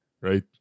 Right